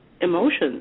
emotions